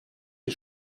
les